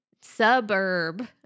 Suburb